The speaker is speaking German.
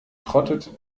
trottet